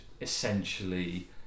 essentially